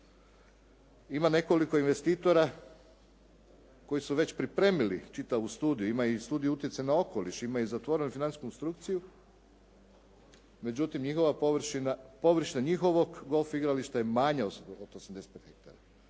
Ima nekoliko investitora koji su već pripremili čitavu studiju. Ima i studija utjecaja na okoliš, ima i zatvorenu financijsku konstrukciju. Međutim, njihova površina, površina njihovog golf igrališta je manja od 85 ha.